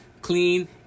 clean